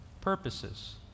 purposes